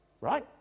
right